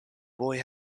boy